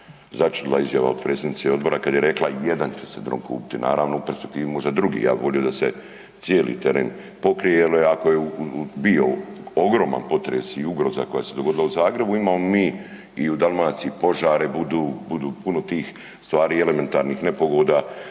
začudila izjava od predsjednice odbora kad je rekla jedan će se dron kupiti, naravno u perspektivi možda drugi, ja bi volio da se cijeli teren pokrije jer ako je bio ogroman potres i ugroza koja se dogodila u Zagrebu, imamo mi i u Dalmaciji požara, budu puno tih stvari i elementarnih nepogoda